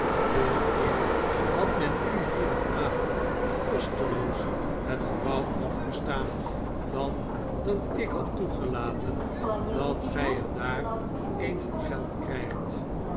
veeleer had men u hier een avond kosteloos het gebouw afgestaan dan dat ik had toegelaten dat gij er daar een voor geld krijgt